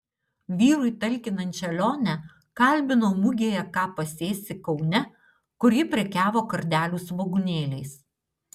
vyrui talkinančią lionę kalbinau mugėje ką pasėsi kaune kur ji prekiavo kardelių svogūnėliais